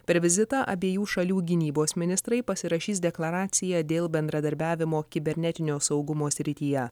per vizitą abiejų šalių gynybos ministrai pasirašys deklaraciją dėl bendradarbiavimo kibernetinio saugumo srityje